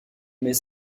met